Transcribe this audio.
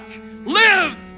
live